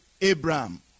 Abraham